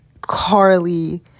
Carly